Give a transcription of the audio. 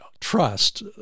trust